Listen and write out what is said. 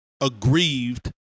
aggrieved